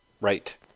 right